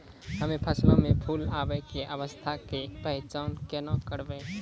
हम्मे फसलो मे फूल आबै के अवस्था के पहचान केना करबै?